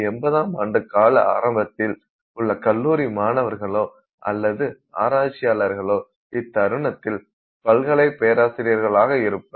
1980 ஆண்டு கால ஆரம்பத்தில் உள்ள கல்லூரி மாணவர்களோ அல்லது ஆராய்ச்சியாளர்களோ இத்தருணத்தில் பல்கலைக்கழக பேராசிரியர்களாக இருப்பர்